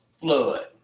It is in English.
flood